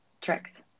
tricks